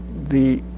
the